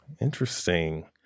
interesting